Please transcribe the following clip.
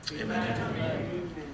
Amen